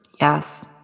Yes